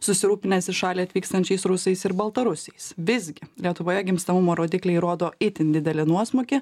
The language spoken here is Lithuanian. susirūpinęs į šalį atvykstančiais rusais ir baltarusiais visgi lietuvoje gimstamumo rodikliai rodo itin didelį nuosmukį